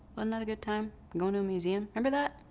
um that a good time? going to a museum. member that?